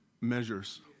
measures